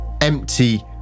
empty